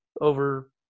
over